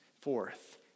forth